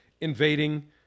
invading